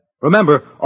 Remember